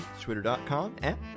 twitter.com/at